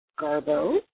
Garbo